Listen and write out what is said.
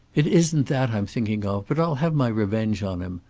it isn't that i'm thinking of, but i'll have my revenge on him.